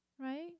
right